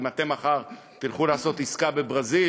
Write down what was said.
אם אתם מחר תלכו לעשות עסקה בברזיל